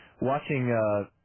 watching